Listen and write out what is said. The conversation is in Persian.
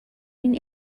این